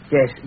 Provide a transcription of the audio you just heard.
Yes